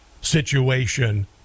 situation